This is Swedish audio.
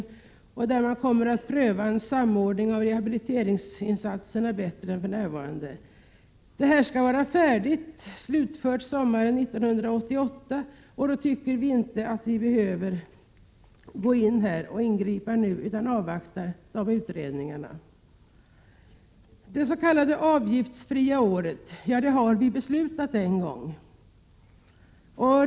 Denna kommer att undersöka möjligheterna till en bättre samordning av rehabiliteringsinsatserna än för närvarande. Utredningen skall vara slutförd sommaren 1988. Vi tycker inte vi behöver ingripa nu utan avvaktar utredningen. Det s.k. avgiftsfria året har vi beslutat om en gång.